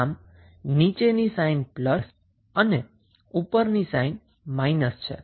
આમ નીચેની sign plus અને ઉપરની સાઈન માઈનસ છે